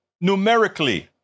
numerically